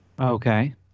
Okay